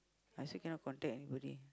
I still cannot contact anybody